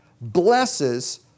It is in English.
blesses